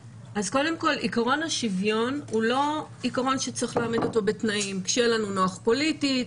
עקרון השוויון הוא לא עקרון שצריך להעמיד אותו בתנאים נוחות פוליטית,